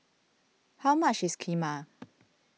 how much is Kheema